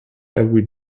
every